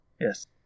Yes